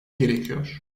gerekiyor